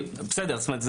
הדוח היה